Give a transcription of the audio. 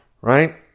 right